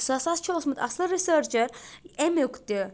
سُہ ہسا چھُ اوسمُت اصل رسٲرچر أمیُک تہِ